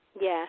Yes